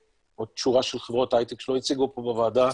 עוד שורה של חברות הייטק שלא הציגו פה בוועדה,